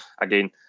again